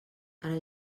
ara